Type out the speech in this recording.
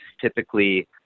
typically